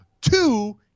two